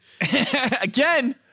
Again